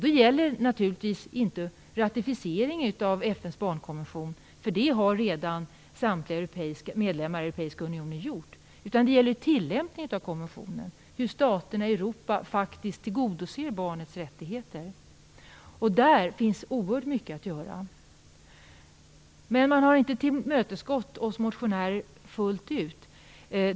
Det gäller naturligtvis inte ratificeringen av FN:s barnkonvention, för det har redan samtliga medlemmar i den europeiska unionen gjort, utan det gäller tillämpningen av konventionen: hur staterna i Europa faktiskt tillgodoser barnets rättigheter. Där finns oerhört mycket att göra. Men man har inte tillmötesgått oss motionärer fullt ut.